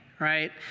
right